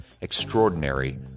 extraordinary